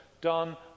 done